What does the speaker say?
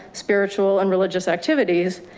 spiritual and religious activities.